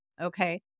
Okay